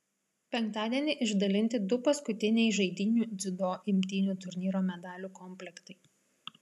penktadienį išdalinti du paskutiniai žaidynių dziudo imtynių turnyro medalių komplektai